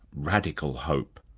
radical hope.